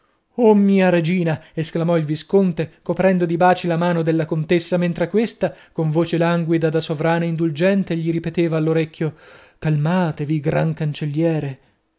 o mia regina esclamò il visconte coprendo di baci la mano della contessa mentre questa con voce languida da sovrana indulgente gli ripeteva all'orecchio calmatevi gran cancelliere